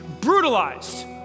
brutalized